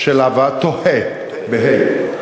תוהה.